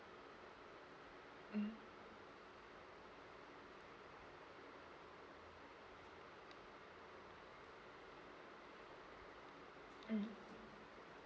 (uh huh) mm